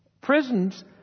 prisons